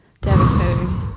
devastating